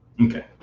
Okay